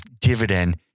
dividend